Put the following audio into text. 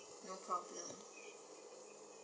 no problem